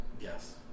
Yes